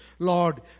Lord